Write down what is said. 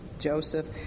Joseph